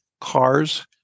cars